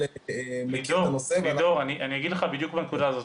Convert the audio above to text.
מכיר את הנושא --- אני אגיד לך בנקודה הזאת.